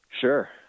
sure